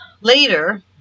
Later